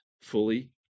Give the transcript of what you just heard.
fully